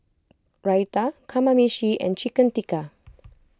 Raita Kamameshi and Chicken Tikka